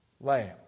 lamb